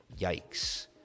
Yikes